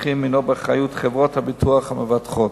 דרכים הינו באחריות חברות הביטוח המבטחות.